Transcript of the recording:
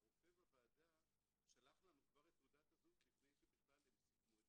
הרופא בוועדה שלח לנו כבר את תעודת הזהות לפני שבכלל הם סיכמו את